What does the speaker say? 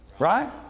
Right